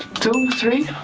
two, three.